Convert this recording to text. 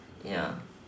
ya